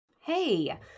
Hey